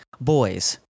boys